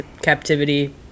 captivity